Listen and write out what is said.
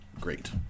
Great